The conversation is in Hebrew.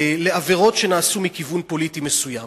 לעבירות שנעשו מכיוון פוליטי מסוים.